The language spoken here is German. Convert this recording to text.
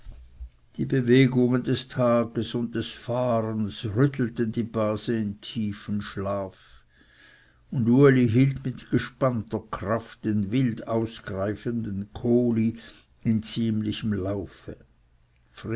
die bewegungen des tages und des fahrens rüttelten die base in tiefen schlaf und uli hielt mit gespannter kraft den wild ausgreifenden kohli in ziemlichem laufe